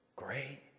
great